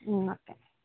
okay